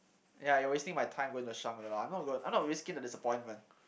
yeah you're wasting my time going to Shangri-La I'm not go I'm not risking the disappointment